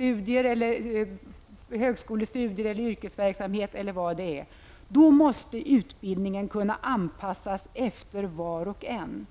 är högskolestudier eller yrkesverksamhet, måste utbildningen kunna anpassas efter var och en.